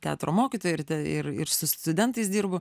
teatro mokytojai ir ir ir su studentais dirbu